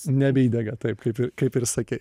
nebeįdega taip kaip ir kaip ir sakei